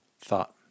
thought